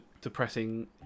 depressing